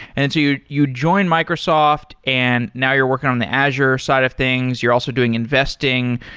and so you you joined microsoft and now you're working on the azure side of things. you're also doing investing,